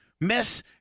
Miss